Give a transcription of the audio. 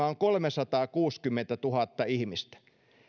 on kolmesataakuusikymmentätuhatta ihmistä